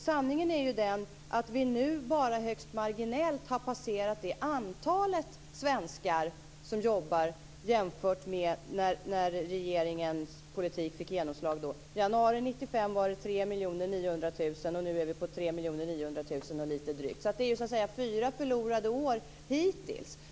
Sanningen är den att vi nu bara högst marginellt har passerat den siffra för antalet svenskar som jobbar som gällde när regeringens politik fick genomslag. I januari 1995 var det 3 900 000, och nu är vi på drygt 3 900 000. Det är fyra förlorade år hittills.